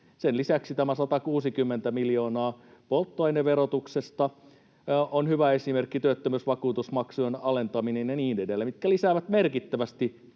Sen lisäksi tämä 160 miljoonaa polttoaineverotuksesta on hyvä esimerkki, työttömyysvakuutusmaksujen alentaminen ja niin edelleen, mitkä lisäävät merkittävästi